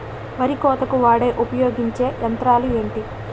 వరి కోతకు వాడే ఉపయోగించే యంత్రాలు ఏంటి?